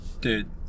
Dude